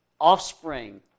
offspring